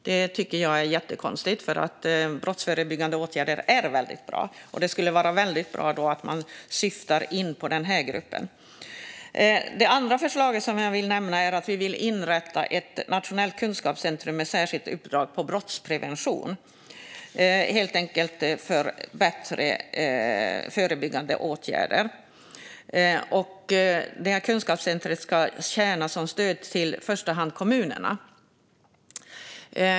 Det tycker jag är jättekonstigt, för brottsförebyggande åtgärder är väldigt bra. Det skulle vara väldigt bra om man siktade in sig på den här gruppen. Det andra förslaget som jag vill nämna är att inrätta ett nationellt kunskapscentrum med ett särskilt uppdrag när det gäller brottsprevention, helt enkelt för bättre förebyggande åtgärder. Detta kunskapscentrum ska tjäna som stöd till i första hand kommunerna.